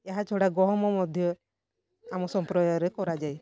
ଏହାଛଡ଼ା ଗହମ ମଧ୍ୟ ଆମ ସଂପ୍ରଦାୟରେ କରାଯାଏ